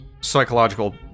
psychological